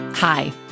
Hi